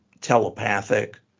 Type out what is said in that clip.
telepathic